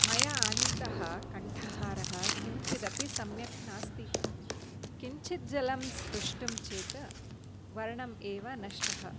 मया आनीतः कण्ठहारः किञ्चिदपि सम्यक् नास्ति किञ्चित् जलं स्पृष्टुं चेत् वर्णम् एव नष्टः